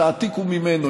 תעתיקו ממנו,